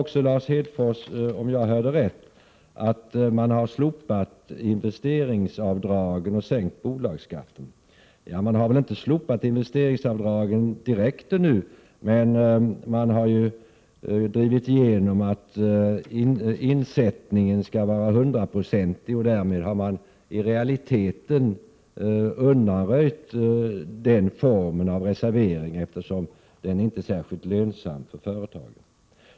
Om jag hörde rätt sade Lars Hedfors också att man har slopat investeringsavdragen och sänkt bolagsskatten. Man har väl ännu inte direkt slopat investeringsavdragen, men man har drivit igenom att insättningen skall vara 100-procentig. Därmed har man i realiteten undanröjt den formen av reservering, eftersom den inte är särskilt lönsam för företagen.